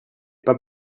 pas